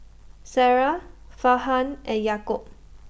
Sarah Farhan and Yaakob